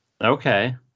Okay